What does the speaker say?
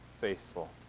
faithful